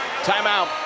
Timeout